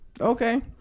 Okay